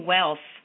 Wealth